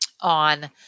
on